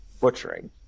butchering